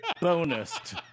bonus